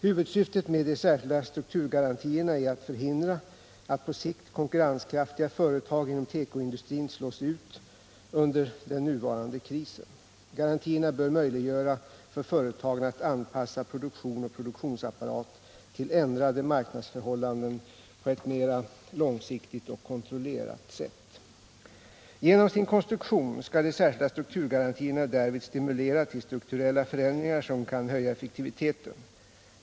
Huvudsyftet med de särskilda strukturgarantierna är att förhindra att på sikt konkurrenskraftiga företag inom tekoindustrin slås ut under den nuvarande krisen. Garantierna bör möjliggöra för företagen att anpassa produktion och produktionsapparat till ändrade marknadsförhållanden på ett mera långsiktigt och kontrollerat sätt. Genom sin konstruktion skall de särskilda strukturgarantierna därvid stimulera till strukturella förändringar som kan höja effektiviteten.